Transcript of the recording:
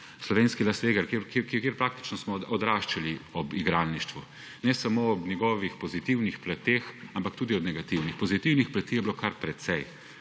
slovenskega Las Vegasa, kjer smo praktično odraščali ob igralništvu, ne samo ob njegovih pozitivnih plateh, ampak tudi ob negativnih. Pozitivnih plati je bilo kar precej.